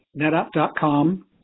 netapp.com